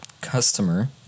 customer